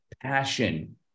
passion